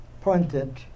pointed